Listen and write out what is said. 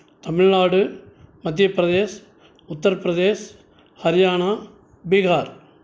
Tamil Nadu Madhya Pradesh Uttar Pradesh Haryana Bihar